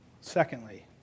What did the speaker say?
Secondly